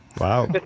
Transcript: Wow